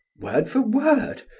word for word,